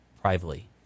privately